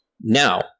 Now